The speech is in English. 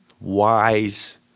wise